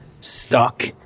stuck